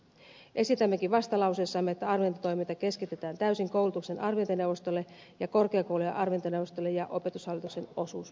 esitämmekin vastalauseessamme että arviointitoiminta keskitetään täysin koulutuksen arviointineuvostolle ja korkeakoulujen arviointineuvostolle ja opetushallituksen osuus poistetaan